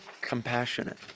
compassionate